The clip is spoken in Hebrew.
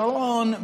שרון,